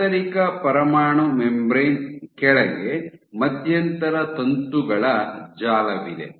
ಆಂತರಿಕ ಪರಮಾಣು ಮೆಂಬ್ರೇನ್ ಕೆಳಗೆ ಮಧ್ಯಂತರ ತಂತುಗಳ ಜಾಲವಿದೆ